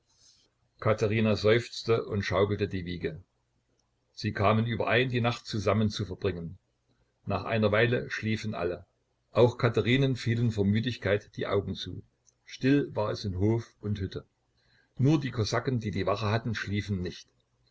katherina seufzte und schaukelte die wiege sie kamen überein die nacht zusammen zu verbringen nach einer weile schliefen alle auch katherinen fielen vor müdigkeit die augen zu still war es in hof und hütte nur die kosaken die die wache hatten schliefen nicht